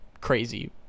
crazy